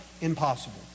impossible